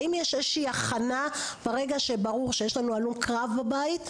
האם יש איזה הכנה ברגע שברור שיש לנו הלום קרב בבית?